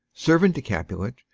servant to capulet.